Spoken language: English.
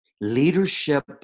Leadership